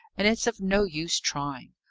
and it's of no use trying.